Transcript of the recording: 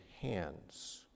hands